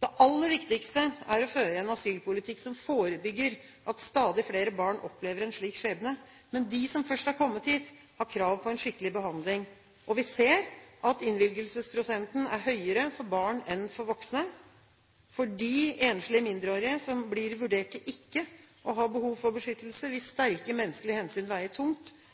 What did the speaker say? Det aller viktigste er å føre en asylpolitikk som forebygger at stadig flere barn opplever en slik skjebne. Men de som først har kommet hit, har krav på en skikkelig behandling. Vi ser at innvilgelsesprosenten er høyere for barn enn for voksne. For de enslige, mindreårige som blir vurdert til ikke å ha behov for beskyttelse, vil sterke menneskelige hensyn veie tungt.